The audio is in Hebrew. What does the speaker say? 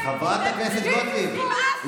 נמאס לך,